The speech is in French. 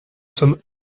sommes